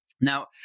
now